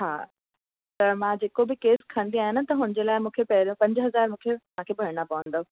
हा त मां जेको बि केस खणंदी आहियां न त हुनजे लाइ मूंखे पहिरियों पंज हज़ार मूंखे तव्हांखे भरिणा पवंदव